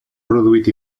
produït